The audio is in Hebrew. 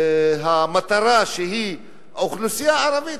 במטרה שהיא האוכלוסייה הערבית,